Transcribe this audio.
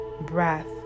Breath